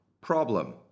Problem –